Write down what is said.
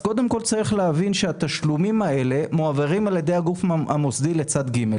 קודם כל צריך להבין שהתשלומים האלה מועברים על ידי הגוף המוסדי לצד ג'.